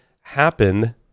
happen